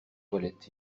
toilettes